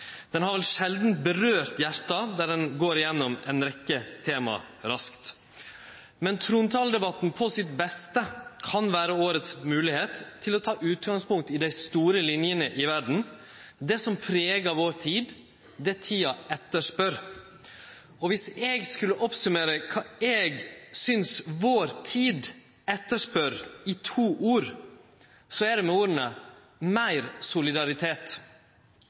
den vi fekk i år, men som oftast. Han har vel sjeldan rørt hjarte der han raskt går igjennom ei rekkje tema, men trontaledebatten på sitt beste kan vere årets moglegheit til å ta utgangpunkt i dei store linene i verda – det som pregar vår tid, det tida spør etter. Og viss eg skulle summere opp det eg synest vår tid spør etter, i to ord, så er det med